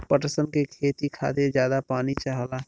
पटसन के खेती के खातिर जादा पानी चाहला